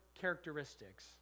characteristics